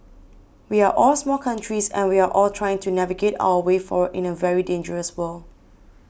we are all small countries and we are all trying to navigate our way forward in a very dangerous world